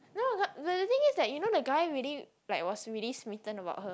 no but but the thing is that you know the guy really like was really smitten about her